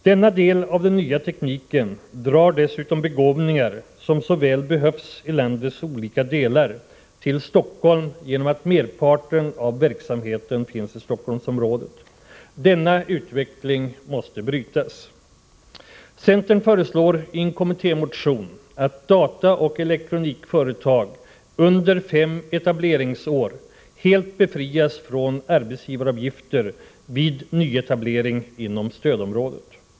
Denna del av den nya tekniken drar dessutom begåvningar, som så väl behövs i landets olika delar, till Stockholm, genom att merparten av verksamheten finns i Stockholmsområdet. Denna utveckling måste brytas. Centern föreslår i en kommittémotion att dataoch elektronikföretag under fem etableringsår helt befrias från arbetsgivaravgifter vid nyetablering inom stödområdet.